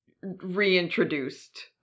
reintroduced